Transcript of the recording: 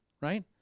right